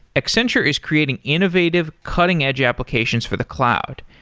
accenture is creating innovative, cutting edge applications for the cloud,